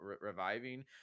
reviving